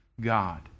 God